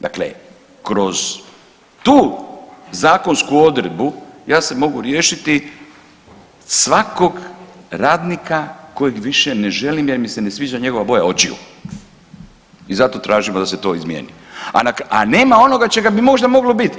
Dakle, kroz tu zakonsku odredbu ja se mogu riješiti svakog radnika kojeg više ne želim jer mi se ne sviđa njegova boja očiju i zato tražimo da se to izmijeni, a nema onoga čega bi možda moglo biti.